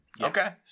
Okay